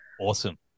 Awesome